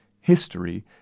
history